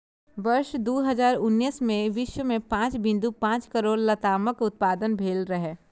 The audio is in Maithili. वर्ष दू हजार उन्नैस मे विश्व मे पांच बिंदु पांच करोड़ लतामक उत्पादन भेल रहै